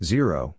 Zero